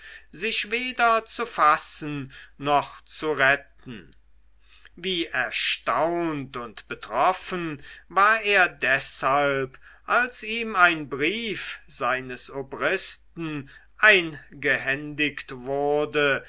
sich weder zu fassen noch zu retten wie erstaunt und betroffen war er deshalb als ihm ein brief seines obristen eingehändigt wurde